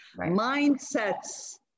Mindsets